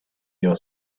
your